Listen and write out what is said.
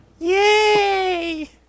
Yay